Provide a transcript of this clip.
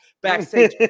backstage